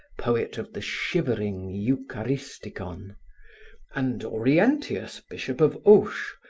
poet of the shivering eucharisticon and orientius, bishop of auch,